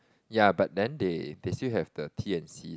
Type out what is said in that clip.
ya but then they they still have the T and C